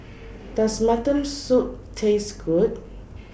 Does Mutton Soup Taste Good